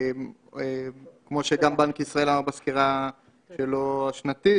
כמו שבנק ישראל אמר בסקירה השנתית שלו,